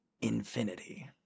Infinity